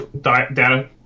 data